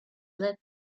led